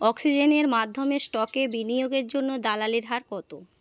অক্সিজেনের মাধ্যমে স্টকে বিনিয়োগের জন্য দালালির হার কত